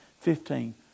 Fifteen